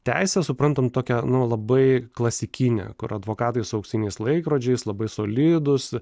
teisę suprantam tokią nu labai klasikinę kur advokatais auksiniais laikrodžiais labai solidūs